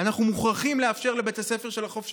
אנחנו מוכרחים לאפשר לבית הספר של החופש